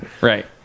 Right